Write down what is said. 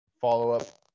follow-up